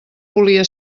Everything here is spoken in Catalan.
volia